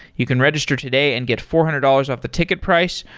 you can register today and get four hundred dollars off the ticket price.